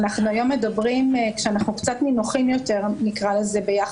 אנחנו היום מדברים כשאנחנו קצת נינוחים יותר ביחס